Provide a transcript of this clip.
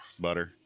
Butter